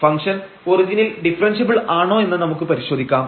function ഒറിജിനിൽ differentiable ആണോ എന്ന് നമുക്ക് പരിശോധിക്കാം